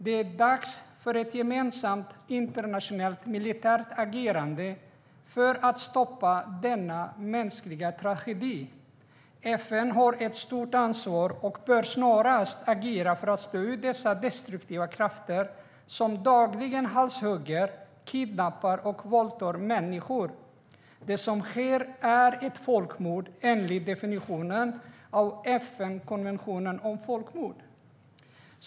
Det är dags för ett gemensamt internationellt militärt agerande för att stoppa denna mänskliga tragedi. FN har ett stort ansvar och bör snarast agera för att slå ut dessa destruktiva krafter som dagligen halshugger, kidnappar och våldtar människor. Det som sker är ett folkmord enligt definitionen i FN-konventionen om folkmord.